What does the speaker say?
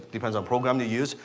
depends what program you use,